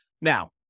Now